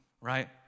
right